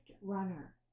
Runner